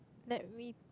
let me